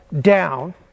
down